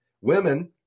Women